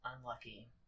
unlucky